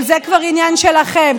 אבל זה כבר עניין שלכם.